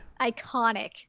Iconic